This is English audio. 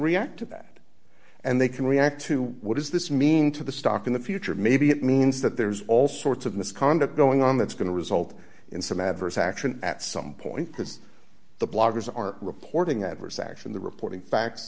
react to that and they can react to what does this mean to the stock in the future maybe it means that there's all sorts of misconduct going on that's going to result in some adverse action at some point because the bloggers are reporting adverse action the reporting facts